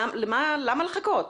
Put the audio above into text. למה לחכות?